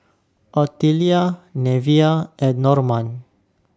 Ottilia Neveah and Normand